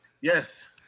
Yes